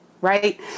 Right